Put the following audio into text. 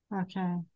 Okay